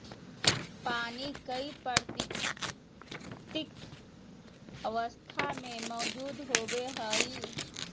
पानी कई प्राकृतिक अवस्था में मौजूद होबो हइ